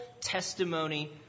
testimony